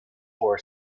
for